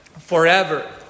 forever